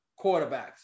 quarterbacks